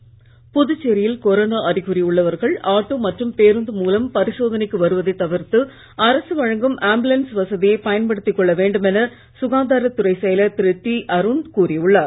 அருண் புதுச்சேரியில் கொரோனா அறிகுறி உள்ளவர்கள் ஆட்டோ மற்றும் பேருந்து மூலம் பரிசோதனைக்கு வருவதை தவிர்த்து அரசு வழங்கும் ஆம்புலன்ஸ் வசதியை பயன்படுத்திக் கொள்ள வேண்டும் என சுகாதாரத் துறை செயலர் திரு டி அருண் கூறி உள்ளார்